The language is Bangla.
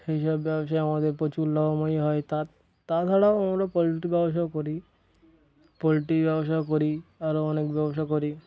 সেই সব ব্যবসায় আমাদের প্রচুর লাভময় হয় তা তাছাড়াও আমরা পোলট্রি ব্যবসাও করি পোলট্রি ব্যবসাও করি আরও অনেক ব্যবসা করি